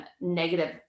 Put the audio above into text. negative